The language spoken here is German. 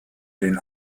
den